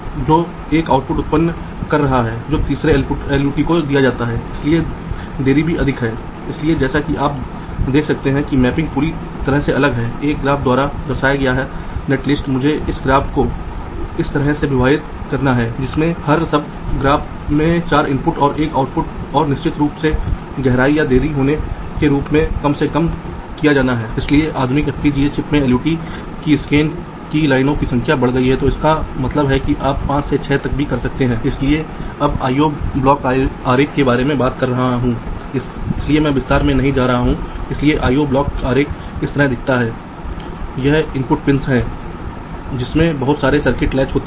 यहाँ से बाहर जमीनी रेखाएँ इस तरह से जुड़ी हो सकती हैं लेकिन जो चैनल बीच में हैं आप यहाँ देखते हैं कि आपको दो परतों की भी ज़रूरत है जैसे आपके पास इस तरह के कुछ कनेक्शन हो सकते हैं यह एक ऐसा मॉडल है जिसे मैं देख रहा हूँ लेकिन यदि आप पार नहीं करना चाहते हैं तो आप ऊर्ध्वाधर खंडों पर सिर्फ नीले रंग का उपयोग कर रहे होंगे और क्षैतिज खंडों पर हरे रंग का उपयोग करेंगे केवल उस स्थिति में जब आप इसका उपयोग नहीं करेंगे तो आप इसका और इसका उपयोग कर सकते हैं